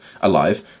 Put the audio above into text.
alive